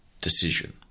decision